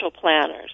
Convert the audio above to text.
planners